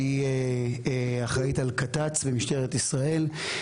שהיא אחראית על קת"צ במשטרת ישראל.